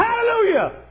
Hallelujah